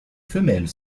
femelles